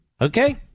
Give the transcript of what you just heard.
Okay